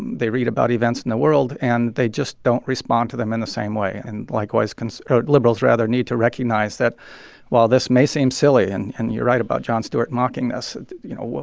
they read about events in the world, and they just don't respond to them in the same way and likewise con liberals, rather, need to recognize that while this may seem silly and and you're right about jon stewart mocking this you know,